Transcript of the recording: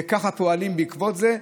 וככה פועלים בעקבות זה.